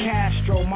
Castro